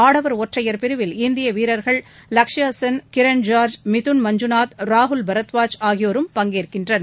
ஆடவர் ஒற்றயைர் பிரிவில் இந்திய வீரர்கள் லக்ஷயா சென் கிரண் ஜார்ஜ் மிதுன் மஞ்சுநாத் ராகுல் பரத்வாஜ் ஆகியோரும் பங்கேற்கின்றனர்